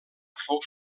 fou